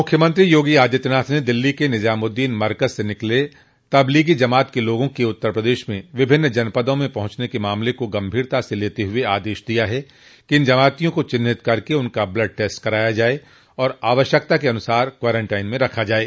मुख्यमंत्री योगी आदित्यनाथ ने दिल्ली के निजामुददीन मरकज से निकले तबलीगी जमात के लोगों के उत्तर प्रदेश में विभिन्न जनपदों में पहुंचने के मामले को गंभीरता से लेते हुए आदेश दिया है कि इन जमातियों को चिन्हित कर उनका ब्लड टेस्ट कराया जाये और आवश्यकतान्सार क्वारनटाइन में रखा जाये